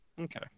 okay